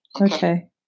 Okay